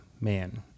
man